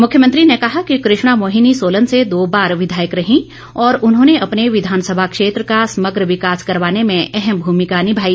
मुख्यमंत्री ने कहा कि कृष्णा मोहिनी सोलन से दो बार विधायक रहीं और उन्होंने अपने विधानसभा क्षेत्र का समग्र विकास करवाने में अहम भूमिका निमाई